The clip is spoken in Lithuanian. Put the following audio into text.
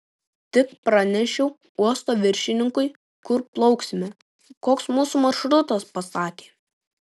tik pranešiau uosto viršininkui kur plauksime koks mūsų maršrutas pasakė